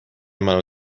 منو